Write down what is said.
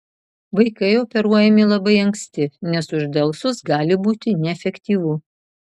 vaikai operuojami labai anksti nes uždelsus gali būti neefektyvu